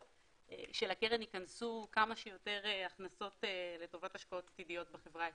שלקרן ייכנסו כמה שיותר הכנסות לטובת השקעות עתידיות בחברה הישראלית.